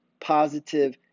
positive